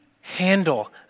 handle